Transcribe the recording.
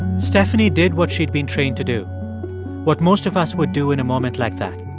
stephanie did what she'd been trained to do what most of us would do in a moment like that.